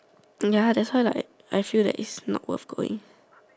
ya that's why like I feel like it's not worth going